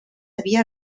havia